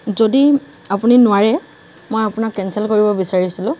যদি আপুনি নোৱাৰে মই আপোনাক কেনচেল কৰিব বিচাৰিছিলোঁ